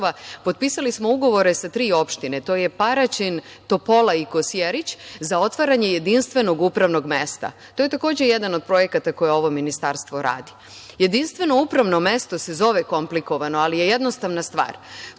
potpisali smo ugovore sa tri opštine, a to su Paraćin, Topola i Kosjerić, za otvaranje jedinstvenog upravnog mesta. To je takođe jedan od projekata koje ovo ministarstvo radi. Jedinstveno upravno mesto se zove komplikovano, ali je jednostavna stvar.